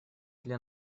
для